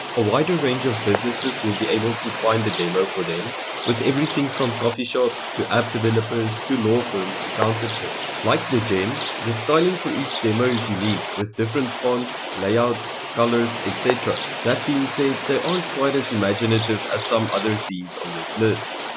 a wider range of businesses will be able to find a demo for them with everything from coffee shops to app developers to law firms accounted for. like thegem, the styling for each demo is unique with different fonts, layouts, colors, etc. that being said, they aren't quite as imaginative as some other themes on this list.